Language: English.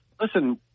listen